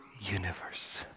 universe